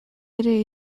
ere